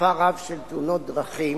מספר רב של תאונות דרכים,